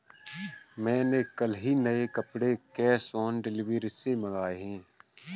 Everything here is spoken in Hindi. मैंने कल ही नए कपड़े कैश ऑन डिलीवरी से मंगाए